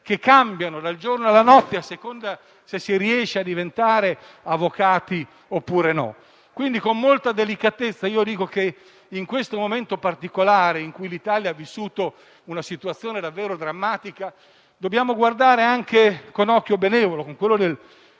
che cambiano dal giorno alla notte a seconda che si riesca a diventare avvocati oppure no. Pertanto, con molta delicatezza, in questo momento particolare in cui l'Italia ha vissuto una situazione davvero drammatica, a mio avviso dobbiamo guardare anche con occhio benevolo, con quello del